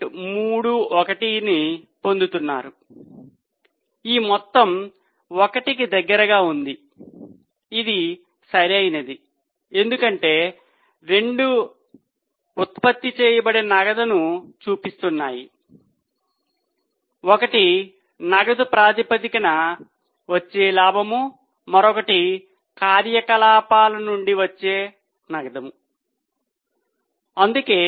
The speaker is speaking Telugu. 31 ను పొందుతున్నారు ఈ మొత్తం 1 కి దగ్గరగా ఉంది ఇది సరైనది ఎందుకంటే రెండూ ఉత్పత్తి చేయబడిన నగదును చూపిస్తున్నాయి ఒకటి నగదు ప్రాతిపదికన వచ్చే లాభం మరొకటి కార్యకలాపాల నుండి వచ్చే నగదు అందుకే